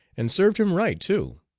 and served him right too.